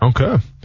Okay